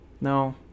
No